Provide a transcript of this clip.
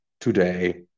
today